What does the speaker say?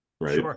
right